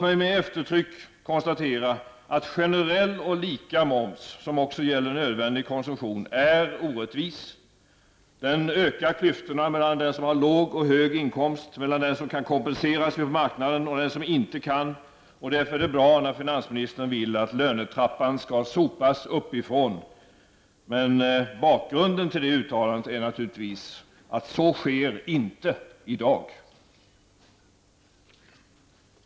Med eftertryck vill jag konstatera att generell och lika moms, som också gäller nödvändig konsumtion, är orättvis. Den bidrar till att klyftorna ökar mellan låg och höginkomsttagare samt mellan den som kan kompensera sig på marknaden och dem som inte kan det. Därför är det bra säger finansministern när att lönetrappan skall sopas uppifrån. Men bakgrunden till det uttalandet är naturligtvis att så inte sker i dag.